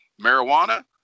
Marijuana